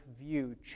view